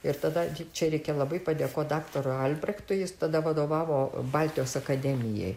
ir tada čia reikia labai padėkoti daktarui albrechtui jis tada vadovavo baltijos akademijai